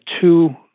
two